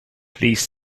please